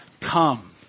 Come